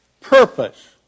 purpose